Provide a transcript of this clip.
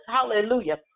Hallelujah